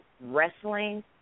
wrestling